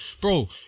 bro